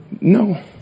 no